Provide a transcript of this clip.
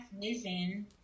vision